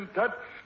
touch